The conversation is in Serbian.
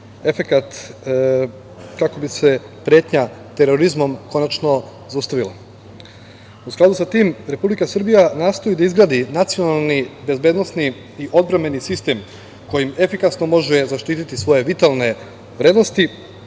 efekat kako bi se pretnja terorizmom konačno zaustavila.U skladu sa tim Republika Srbija nastoji da izgradi nacionalni bezbednosni i odbrambeni sistem kojim efikasno može zaštiti svoje vitalne vrednosti